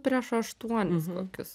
prieš aštuonis kokius